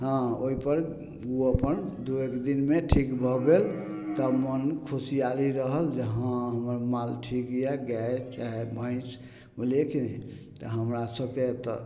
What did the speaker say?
हँ ओइपर ओ अपन दू एक दिनमे ठीक भऽ गेल तब मोन खुशियाली रहल जे हँ हमर माल ठीक यऽ गाय चाहे महिंस बुझलियै कि नेे तऽ हमरा सबके तऽ